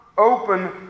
open